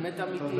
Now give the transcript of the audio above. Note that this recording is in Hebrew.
זה באמת, אמיתי.